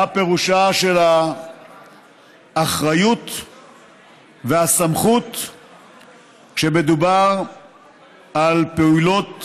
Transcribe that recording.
מה פירושה של האחריות והסמכות כשמדובר על פעולות